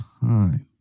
time